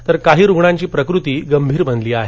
तर काही रुग्णांची प्रकृती गंभीर बनली आहे